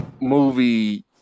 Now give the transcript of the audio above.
movie